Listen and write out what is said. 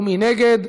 ומי נגד?